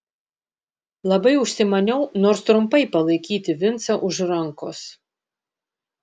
labai užsimaniau nors trumpai palaikyti vincą už rankos